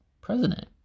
president